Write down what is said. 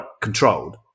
controlled